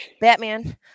Batman